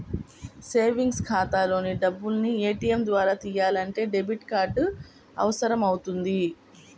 savings ఖాతాలోని డబ్బుల్ని ATM ద్వారా తియ్యాలంటే డెబిట్ కార్డు అవసరమవుతుంది